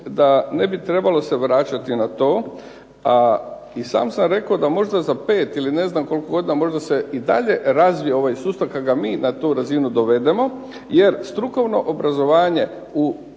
da ne bi trebalo se vraćati na to, a sam sam rekao da možda za pet, ili ne znam koliko godine možda se i dalje razvije ovaj sustav kada ga mi na tu razinu dovedemo jer strukovno obrazovanje u